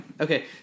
Okay